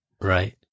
right